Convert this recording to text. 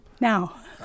now